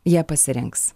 jie pasirinks